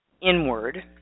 inward